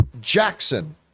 Jackson